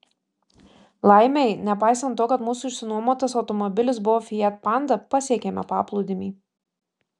laimei nepaisant to kad mūsų išsinuomotas automobilis buvo fiat panda pasiekėme paplūdimį